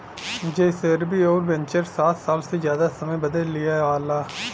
जइसेरवि अउर वेन्चर सात साल से जादा समय बदे लिआला